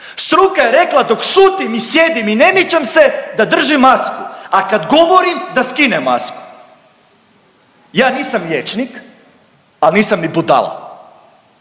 struka je rekla dok šutim i sjedim i ne mičem se da držim masku, a kad govorim da skinem masku. Ja nisam liječnik al nisam ni budala